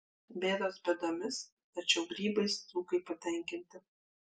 bėdos bėdomis tačiau grybais dzūkai patenkinti